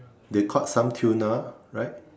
they caught some tuna right